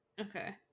Okay